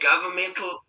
governmental